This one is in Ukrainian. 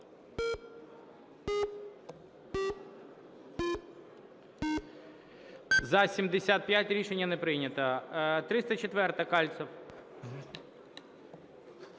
За-75 Рішення не прийнято. 304-а, Кальцев.